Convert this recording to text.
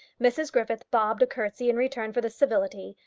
mrs griffith bobbed a curtsey in return for this civility,